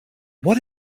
what